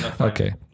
Okay